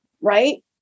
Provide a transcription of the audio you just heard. Right